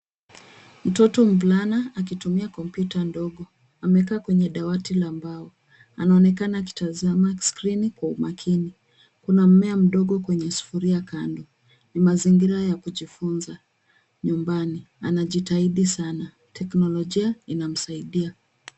Mtoto mvulana akitumia kompyuta ndogo amekaa kwenye dawati la mbao. Anaonekana akitazama skrini kwa umakini. Kuna mmea mdogo kwenye sufuria kando. Ni mazingira ya kujifunza nyumbani, anajitahidi sana. Teknolojia inamsaidia.